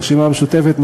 הרשימה המשותפת,